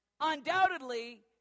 Undoubtedly